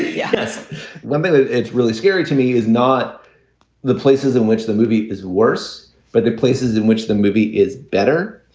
yes women, it's really scary to me, is not the places in which the movie is worse, but the places in which the movie is better.